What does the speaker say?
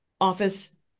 office